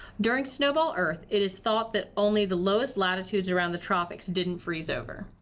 during snowball earth, it is thought that only the lowest latitudes around the tropics didn't freeze over.